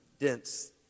dense